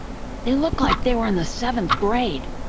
they looked like they were in the seventh grade.